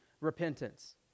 repentance